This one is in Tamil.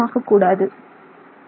Refer Time 2400